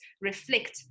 reflect